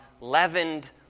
leavened